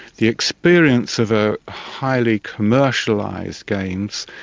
the experience of a highly commercialised games,